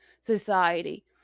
society